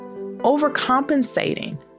overcompensating